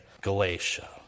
Galatia